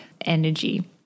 energy